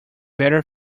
better